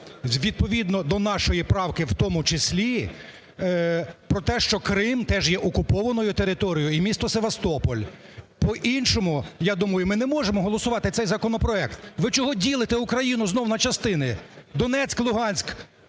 відповідно до нашої правки в тому числі про те, що Крим теж є окупованою територією і місто Севастополь. По-іншому, я думаю, ми не можемо голосувати цей законопроект. Ви чого ділите Україну знов на частини? Донецьк, Луганськ